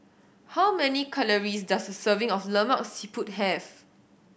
how many calories does a serving of Lemak Siput have